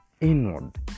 inward